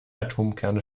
atomkerne